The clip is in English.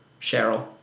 Cheryl